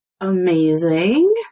Amazing